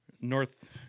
North